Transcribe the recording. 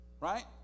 Right